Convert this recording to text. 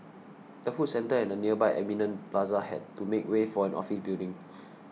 the food centre and the nearby Eminent Plaza had to make way for an office building